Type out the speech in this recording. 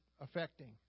affecting